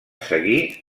seguir